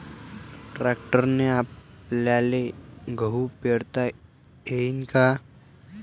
ट्रॅक्टरने आपल्याले गहू पेरता येईन का?